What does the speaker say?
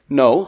no